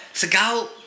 Segal